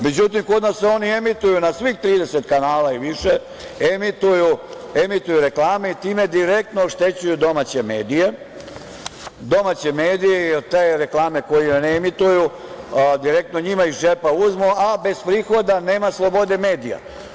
Međutim, kod nas se oni emituju na svih 30 kanala i više, emituju reklame i time direktno oštećuju domaće medije jer te reklame koje oni reemituju direktno njima iz džepa uzmu, a bez prihoda nema slobode medija.